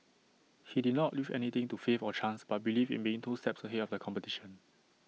he did not leave anything to faith or chance but believed in being two steps ahead of the competition